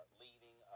leading